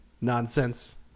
Nonsense